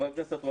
בבקשה.